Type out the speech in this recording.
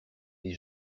les